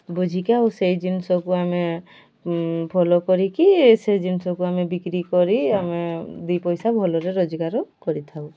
ବୁଝିକି ଆଉ ସେହି ଜିନିଷକୁ ଆମେ ଫଲୋ କରିକି ସେ ଜିନିଷକୁ ଆମେ ବିକ୍ରି କରି ଆମେ ଦୁଇ ପଇସା ଭଲରେ ରୋଜଗାର କରିଥାଉ